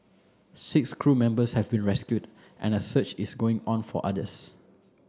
six crew members have been rescued and a search is going on for others